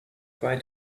try